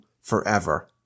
forever